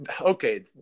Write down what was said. okay